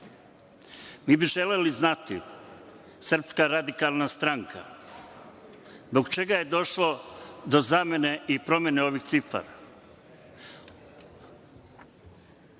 Mi bi želeli znati, Srpska radikalna stranka, zbog čega je došlo do zamene i promene ovih cifara?